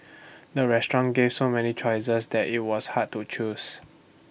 the restaurant gave so many choices that IT was hard to choose